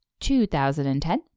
2010